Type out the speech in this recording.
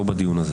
לא בדיון הזה